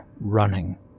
running